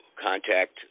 contact